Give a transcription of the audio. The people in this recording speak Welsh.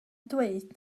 dweud